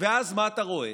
ואז, מה אתה רואה?